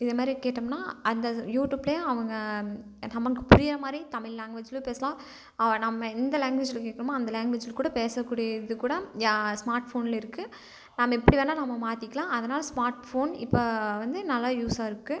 இதை மாரி கேட்டோம்னால் அந்த யூட்யூப்பிலே அவங்க நம்மளுக்கு புரிகிற மாதிரி தமிழ் லாங்க்வேஜ்லேயும் பேசலாம் நம்ம எந்த லாங்க்வேஜ்ஜில் கேட்குறமோ அந்த லாங்க்வேஜ்ஜில் கூட பேசக்கூடிய இது கூட ஸ்மார்ட் ஃபோனில் இருக்குது நம்ம எப்படி வேணால் நம்ம மாற்றிக்கலாம் அதனால் ஸ்மார்ட் ஃபோன் இப்போ வந்து நல்ல யூஸ்ஸாக இருக்குது